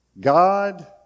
God